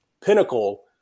pinnacle